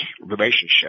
relationship